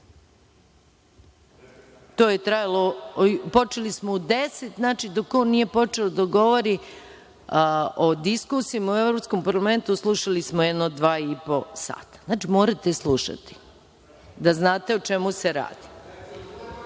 je trajalo. Počeli smo u deset. Znači, dok on nije počeo da govori, o diskusijama u Evropskom parlamentu slušali smo jedno dva i po sata. Znači, morate slušati da znate o čemu se radi.